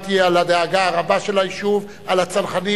שדיברתי על הדאגה הרבה של היישוב, על הצנחנים.